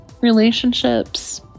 Relationships